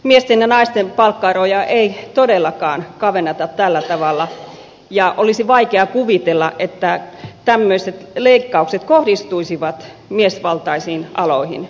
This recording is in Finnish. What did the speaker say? miesten ja naisten palkkaeroja ei todellakaan kavenneta tällä tavalla ja olisi vaikea kuvitella että tämmöiset leikkaukset kohdistuisivat miesvaltaisiin aloihin